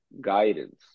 guidance